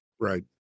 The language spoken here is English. Right